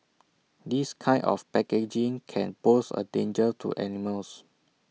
this kind of packaging can pose A danger to animals